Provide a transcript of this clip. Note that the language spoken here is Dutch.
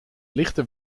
lichten